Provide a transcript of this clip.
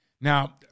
Now